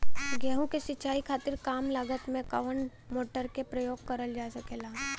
गेहूँ के सिचाई खातीर कम लागत मे कवन मोटर के प्रयोग करल जा सकेला?